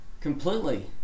completely